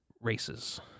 races